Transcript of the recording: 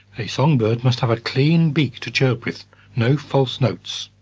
a songbird must have a clean beak to chirp with no false notes!